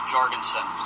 Jorgensen